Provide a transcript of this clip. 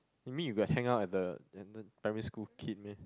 you mean you got hang out at the at the primary school kid meh